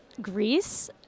greece